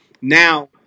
now